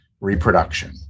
reproduction